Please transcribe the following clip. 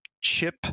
chip